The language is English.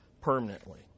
permanently